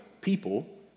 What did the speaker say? people